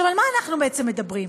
עכשיו, על מה אנחנו בעצם מדברים?